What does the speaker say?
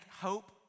hope